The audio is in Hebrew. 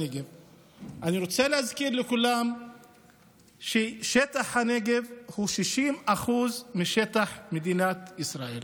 אני רוצה להזכיר לכולם ששטח הנגב הוא 60% משטח מדינת ישראל.